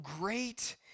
great